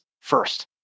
first